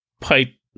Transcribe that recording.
pipe